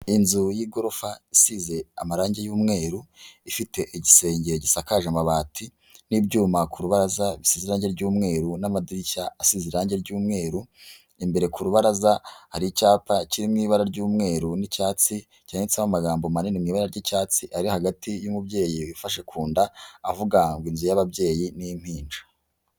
Inzu y'igorofa isize amarange y'umweru ifite igisenge gisakaje amabati n'ibyuma ku rubaraza bisize irange ry'umweru n'amadirishya asize irange ry'umweru, imbere ku rubaraza hari icyapa kiri mu ibara ry'umweru n'icyatsi cyanditseho amagambo manini mu ibara ry'icyatsi ari hagati y'umubyeyi wifashe ku nda, avuga ngo inzu y'ababyeyi n'impinja.